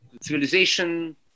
civilization